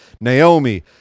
Naomi